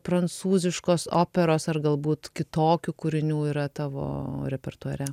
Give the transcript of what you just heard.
prancūziškos operos ar galbūt kitokių kūrinių yra tavo repertuare